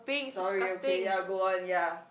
sorry okay ya go on ya